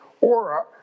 aura